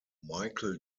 michael